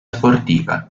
sportiva